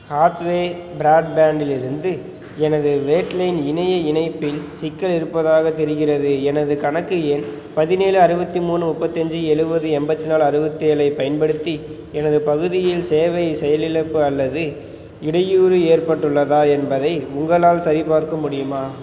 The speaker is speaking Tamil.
ஹாத்வே பிராட்பேண்டிலிருந்து எனது வேட் லைன் இணைய இணைப்பில் சிக்கல் இருப்பதாகத் தெரிகிறது எனது கணக்கு எண் பதினேழு அறுபத்தி மூணு முப்பத்தஞ்சு எழுவது எண்பத்தி நாலு அறுவத்தேழைப் பயன்படுத்தி எனது பகுதியில் சேவை செயலிழப்பு அல்லது இடையூறு ஏற்பட்டுள்ளதா என்பதை உங்களால் சரிபார்க்க முடியுமா